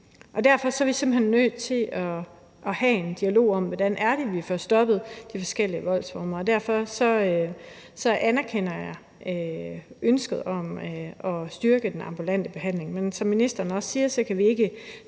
hen nødt til at have en dialog om, hvordan vi får stoppet de forskellige voldsformer, og derfor anerkender jeg ønsket om at styrke den ambulante behandling. Men som ministeren også siger, kan vi ikke